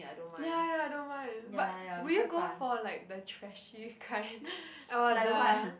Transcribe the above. ya ya I don't mind but will you go for like the trashy kind or the